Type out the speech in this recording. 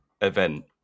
event